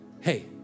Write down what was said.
Hey